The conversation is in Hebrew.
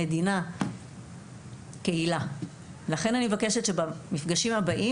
לכן אני מבקשת שבמפגשים הבאים,